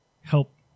help